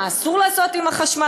מה אסור לעשות עם החשמל.